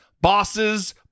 bosses